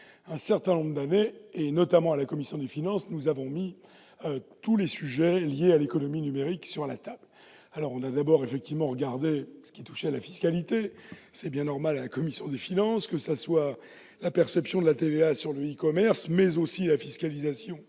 un certain nombre d'années, nous avons mis, notamment à la commission des finances, tous les sujets liés à l'économie numérique sur la table. Nous avons tout d'abord examiné ce qui touchait à la fiscalité- c'est bien normal à la commission des finances !-, que ce soit la perception de la TVA sur le e-commerce, mais aussi la fiscalisation